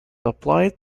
applied